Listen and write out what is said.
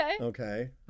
Okay